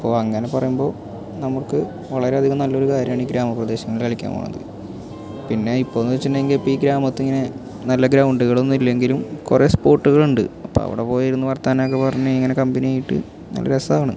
അപ്പോൾ അങ്ങനെ പറയുമ്പോൾ നമുക്ക് വളരെ അധികം നല്ല ഒരു കാര്യമാണ് ഈ ഗ്രാമ പ്രദേശങ്ങളിൽ കളിക്കാൻ പോണത് പിന്നെ ഇപ്പോളെന്ന് വച്ചിട്ടുണ്ടെങ്കിൽ ഇപ്പോൾ ഈ ഗ്രാമത്തിലിങ്ങനെ നല്ല ഗ്രൗണ്ടുകളൊന്നും ഇല്ലെങ്കിലും കുറേ സ്പോട്ട്കളുണ്ട് അപ്പോൾ അവിടെ പോയിരുന്ന് വർത്തമാനം ഒക്കെ പറഞ്ഞ് ഇങ്ങനെ കമ്പനിയായിട്ട് നല്ല രസമാണ്